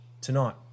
tonight